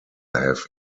have